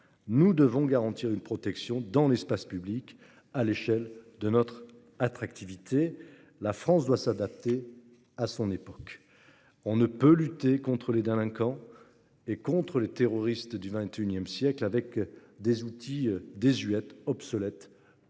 Nous devons garantir une protection dans l'espace public à la mesure de notre attractivité. La France doit s'adapter à son époque : on ne peut lutter contre les délinquants et contre les terroristes du XXI siècle avec les outils désuets et obsolètes